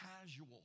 casual